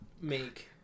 make